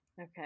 Okay